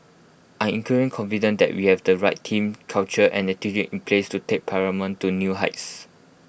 I incredibly confident that we have the right team culture and attitude in place to take paramount to new heights